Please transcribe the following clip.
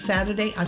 Saturday